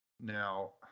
Now